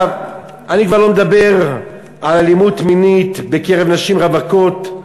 אני כבר לא מדבר על אלימות מינית בקרב נשים רווקות,